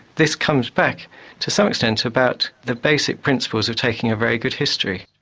this comes back to some extent about the basic principles of taking a very good history.